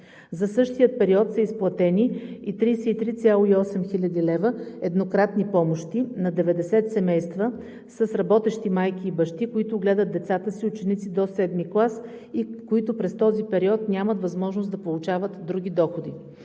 За същия период са изплатени и 33,8 хил. лв. еднократни помощи на 90 семейства с работещи майки и бащи, които гледат децата си – ученици до VII клас и които през този период нямат възможност да получават други доходи.